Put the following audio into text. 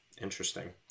Interesting